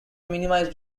minimize